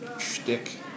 shtick